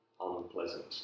unpleasant